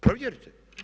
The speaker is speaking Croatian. Provjerite.